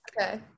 Okay